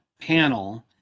panel